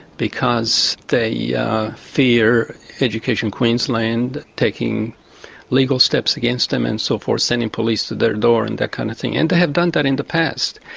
because they yeah fear education queensland taking legal steps against them and so forth, sending police to their door and that kind of thing and they have done that in the past.